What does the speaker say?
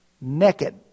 Naked